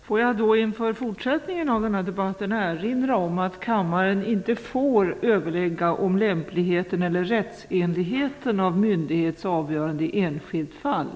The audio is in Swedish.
Jag vill då inför fortsättningen av den här debatten erinra om att kammaren inte får överlägga om lämpligheten eller rättsenligheten i myndighets avgörande i enskilt fall.